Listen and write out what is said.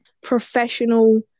professional